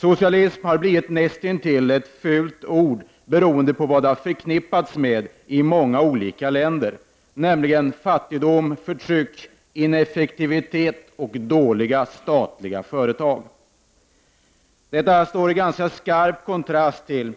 Socialism har blivit näst intill ett fult ord beroende på vad det förknippats med i många olika länder, nämligen fattigdom, förtryck, ineffektivitet och dåliga statliga företag. Detta står i ganska skarp kontrast till